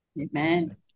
Amen